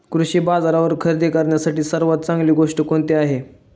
कृषी बाजारावर खरेदी करण्यासाठी सर्वात चांगली गोष्ट कोणती आहे?